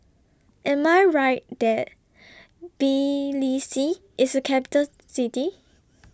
Am I Right that Tbilisi IS A Capital City